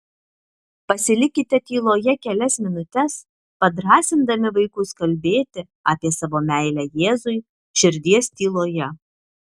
pasilikite tyloje kelias minutes padrąsindami vaikus kalbėti apie savo meilę jėzui širdies tyloje